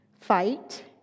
fight